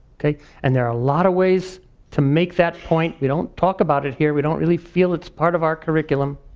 and there are a lot of ways to make that point. we don't talk about it here. we don't really feel it's part of our curriculum,